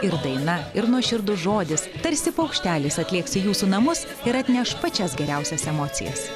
ir daina ir nuoširdus žodis tarsi paukštelis atlėks į jūsų namus ir atneš pačias geriausias emocijas